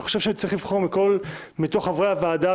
אני חושב שצריך לבחור מתוך חברי הוועדה